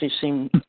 seem